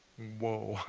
whoa.